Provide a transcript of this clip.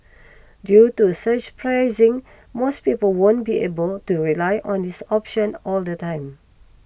due to surge pricing most people won't be able to rely on this option all the time